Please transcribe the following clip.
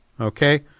okay